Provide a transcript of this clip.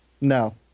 No